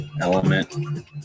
element